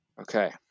Okay